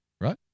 right